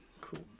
cool